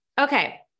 Okay